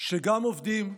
שגם עובדים,